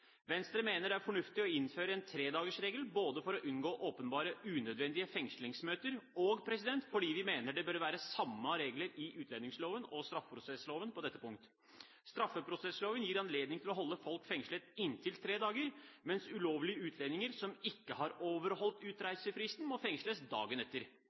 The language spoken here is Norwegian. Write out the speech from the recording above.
Venstre mener det er fornuftig å innføre en tredagersregel, både for å unngå åpenbart unødvendige fengslingsmøter og fordi vi mener det bør være samme regler i utlendingsloven og straffeprosessloven på dette punktet. Straffeprosessloven gir anledning til å holde folk fengslet i inntil tre dager, mens ulovlige utlendinger som ikke har overholdt utreisefristen, må fengsles dagen etter.